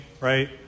right